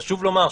חשוב לומר,